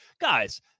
guys